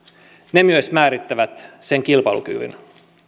ne myös määrittävät sen kilpailukyvyn